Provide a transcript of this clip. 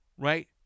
right